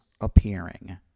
appearing